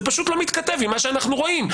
זה פשוט לא מתכתב עם מה שאנחנו רואים.